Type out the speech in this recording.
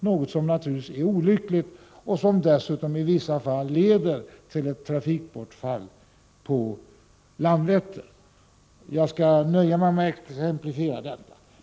Detta är naturligtvis olyckligt och leder dessutom i vissa fall till ett trafikbortfall på Landvetter. Jag skall nöja mig med dessa exemplifieringar.